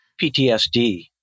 PTSD